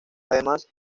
además